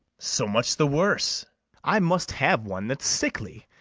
so much the worse i must have one that's sickly,